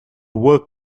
work